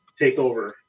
TakeOver